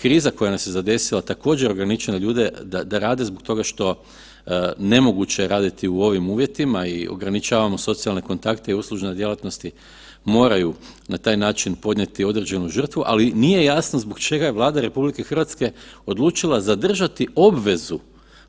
Kriza koja nas je zadesila također je ograničila ljude da rade zbog toga što, nemoguće je raditi u ovim uvjetima i ograničavamo socijalne kontakte i uslužne djelatnosti moraju na taj način podnijeti određenu žrtvu, ali nije jasno zbog čega je Vlada RH odlučila zadržati obvezu